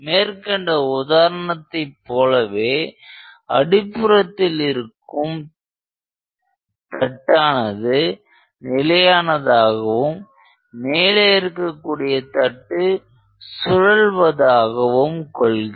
மேற்கண்ட உதாரணத்தை போலவே அடிப்புறத்தில் இருக்கும் தட்டானது நிலையானதாகவும் மேலே இருக்கக்கூடிய தட்டு சூழல்வதாகவும் கொள்க